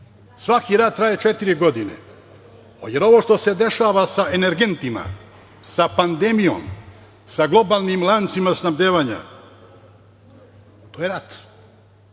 rat traje četiri godine, a ovo što se dešava sa energentima, sa pandemijom, sa globalnim lancima snabdevanja, to je rat,